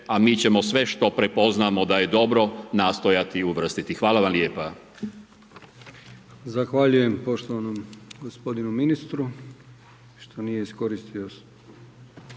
a mi ćemo sve što prepoznamo da je dobro nastojati uvrstiti. Hvala vam lijepa.